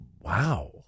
Wow